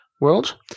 world